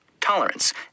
tolerance